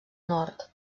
nord